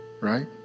Right